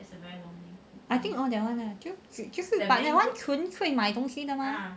I think orh that one ah 就只只是纯粹买东西的 mah